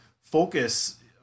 focus